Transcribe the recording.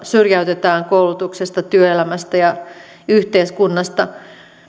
syrjäytetään koulutuksesta työelämästä ja yhteiskunnasta